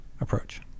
approach